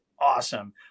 awesome